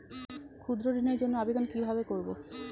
ক্ষুদ্র ঋণের জন্য আবেদন কিভাবে করব?